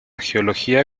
geología